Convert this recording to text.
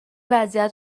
وضعیت